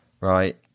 Right